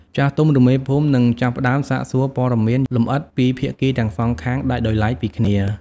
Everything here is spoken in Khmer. ចាស់ទុំ ឬមេភូមិ នឹងចាប់ផ្តើមសាកសួរព័ត៌មានលម្អិតពីភាគីទាំងសងខាងដាច់ដោយឡែកពីគ្នា។